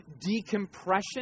decompression